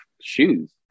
shoes